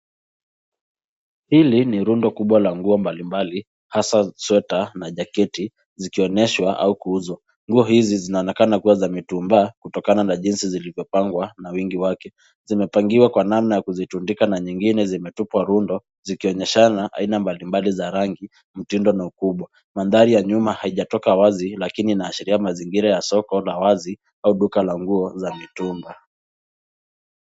Hili ni rundo kubwa la nguo mbali mbali, hasa, sweta na jaketi zikioneshwa au kuuzwa. Nguo hizi zinaonekana kua za mitumba, kutokana na jinsi zilizopangwa na wingi wake. Zimepangiwa kwa namna ya kuzitundika na zingine zimetupwa rundo, zikionyeshana aina mbali mbali za rangi, mtindo, na ukubwa. Mandhari ya nyuma haijatoka wazi, lakini inahashiria mazingira ya soko la wazi au duka la nguo za mitumba.